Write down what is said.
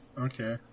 Okay